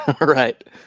Right